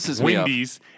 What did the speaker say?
Wendy's